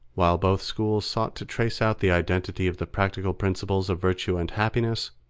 while both schools sought to trace out the identity of the practical principles of virtue and happiness,